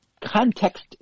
context